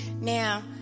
now